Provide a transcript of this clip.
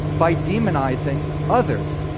by demonizing others,